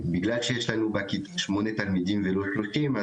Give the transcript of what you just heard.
בגלל שיש לנו שמונה תלמידים ולא שלושים,